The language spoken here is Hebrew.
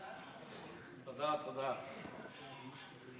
תודה, תודה.